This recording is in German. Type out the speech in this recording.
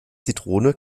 zitrone